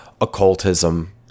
occultism